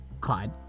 Clyde